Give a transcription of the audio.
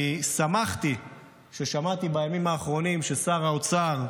אני שמחתי ששמעתי בימים האחרונים ששר האוצר,